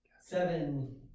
seven